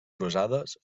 rosades